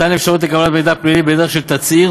מתן אפשרות לקבלת מידע פלילי בדרך של תצהיר